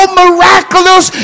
miraculous